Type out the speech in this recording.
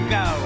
go